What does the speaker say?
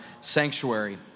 sanctuary